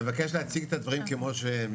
אני מבקש להציג את הדברים כמו שהם.